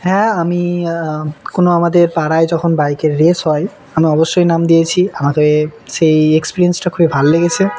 হ্যাঁ আমি কোনো আমাদের পাড়ায় যখন বাইকের রেস হয় আমি অবশ্যই নাম দিয়েছি আমাকে সেই এক্সপিরিয়েন্সটা খুবই ভালো লেগেছে